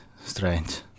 strange